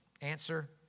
Answer